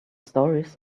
stories